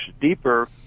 deeper